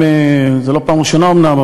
זו לא הפעם הראשונה אומנם,